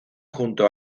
junto